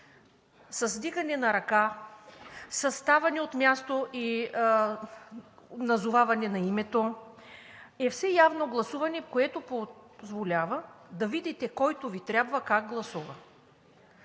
с вдигане на ръка, със ставане от място и назоваване на името е все явно гласуване, което позволява да видите, който Ви трябва, как гласува.